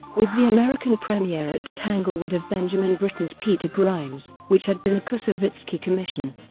with the american premiere at tanglewood of benjamin britten's peter grimes, which had been a koussevitzky commission.